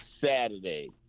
Saturday